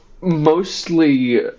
mostly